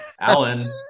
Alan